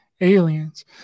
aliens